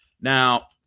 Now